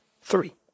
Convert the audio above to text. Three